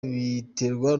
biterwa